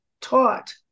taught